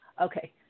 Okay